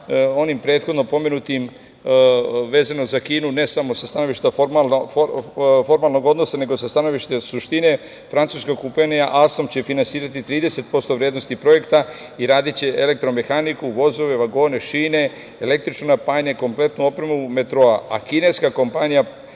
onim prethodno pomenutim, vezano za Kinu, ne samo sa stanovišta formalnog odnosa, nego sa stanovišta suštine. Francuska kompanija „Astom“ će finansirati 30% vrednosti projekta i radiće elektro-mehaniku, vozove, vagone, šine, električno napajanje, kompletnu opremu metroa,